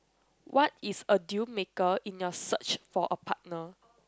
what is a dealmaker in your search for a partner